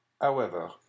However